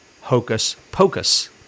hocus-pocus